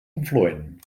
influent